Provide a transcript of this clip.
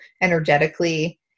energetically